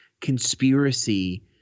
conspiracy